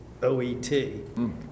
OET